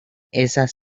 esas